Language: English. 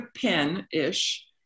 pen-ish